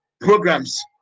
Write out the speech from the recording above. programs